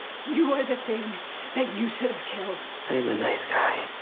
you are the thing that you should have killed. i'm a nice guy.